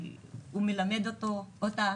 הוא מלמד אותה